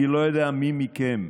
אני לא יודע מי מכם,